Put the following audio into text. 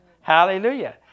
Hallelujah